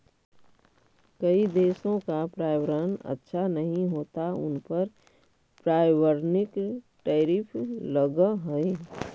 कई देशों का पर्यावरण अच्छा नहीं होता उन पर पर्यावरणिक टैरिफ लगअ हई